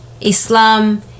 Islam